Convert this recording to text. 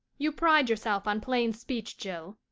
you pride yourself on plain speech, jill.